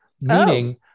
meaning